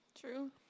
True